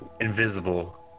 Invisible